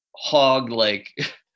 hog-like